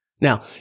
Now